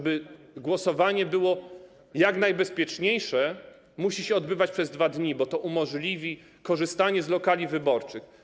Aby głosowanie było jak najbezpieczniejsze, musi się odbywać przez 2 dni, bo to umożliwi korzystanie z lokali wyborczych.